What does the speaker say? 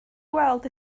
weld